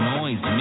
Noise